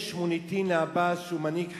יש מוניטין לעבאס שהוא מנהיג חלש.